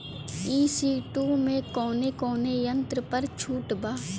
ई.सी two मै कौने कौने यंत्र पर छुट बा?